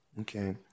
Okay